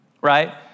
right